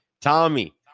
Tommy